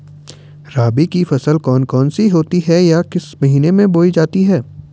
रबी की फसल कौन कौन सी होती हैं या किस महीने में बोई जाती हैं?